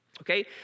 Okay